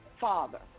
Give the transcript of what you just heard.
father